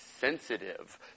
sensitive